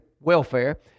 welfare